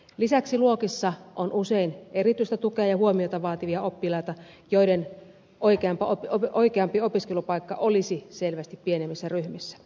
lisäksi luokissa on usein erityistä tukea ja huomiota vaativia oppilaita joiden oikeampi opiskelupaikka olisi selvästi pienemmissä ryhmissä